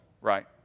right